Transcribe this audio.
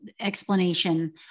explanation